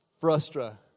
Frustra